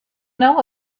know